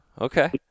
Okay